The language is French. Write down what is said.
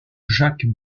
jacques